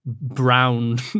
brown